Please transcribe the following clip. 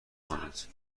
کنند